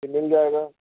مل جائے گا